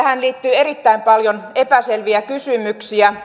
tähän liittyy erittäin paljon epäselviä kysymyksiä